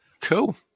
cool